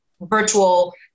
virtual